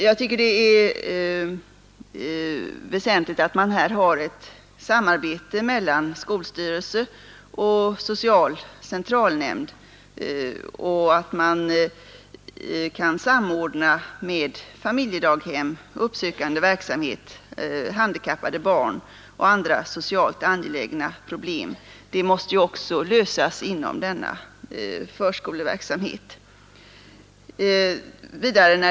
Jag tycker att det är väsentligt att man här har ett samarbete mellan skolstyrelse och social centralnämnd och att man kan samordna denna verksamhet med familjedaghemmens, med den uppsökande verksamheten, med verksamheten för handikappade barn osv. Sådana och andra socialt angelägna problem måste ju också lösas inom ramen för förskoleverksamheten.